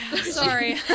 sorry